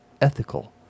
ethical